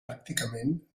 pràcticament